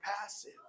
passive